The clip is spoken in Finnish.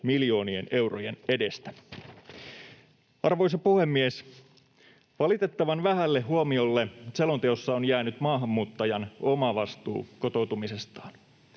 miljoonien eurojen edestä. Arvoisa puhemies! Valitettavan vähälle huomiolle selonteossa on jäänyt maahanmuuttajan oma vastuu kotoutumisestaan.